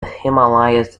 himalayas